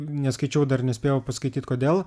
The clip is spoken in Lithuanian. neskaičiau dar nespėjau paskaityt kodėl